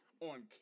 On